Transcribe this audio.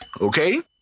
okay